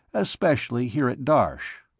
especially here at darsh.